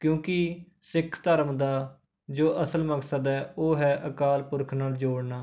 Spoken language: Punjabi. ਕਿਉਂਕਿ ਸਿੱਖ ਧਰਮ ਦਾ ਜੋ ਅਸਲ ਮਕਸਦ ਹੈ ਉਹ ਹੈ ਅਕਾਲ ਪੁਰਖ ਨਾਲ ਜੋੜਨਾ